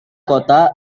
kota